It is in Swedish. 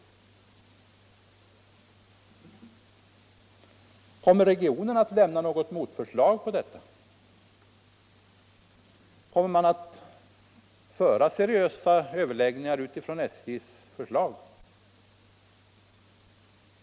Kommer regionen att lägga fram något motförslag på denna punkt? Kommer man att föra seriösa överläggningar som utgår från SJ:s förslag?